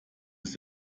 ist